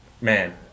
man